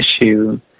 issue